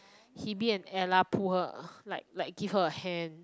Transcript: hebe and ella pull her like like give her a hand